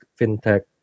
fintech